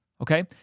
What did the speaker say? okay